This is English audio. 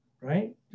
right